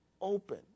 open